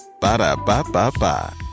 Ba-da-ba-ba-ba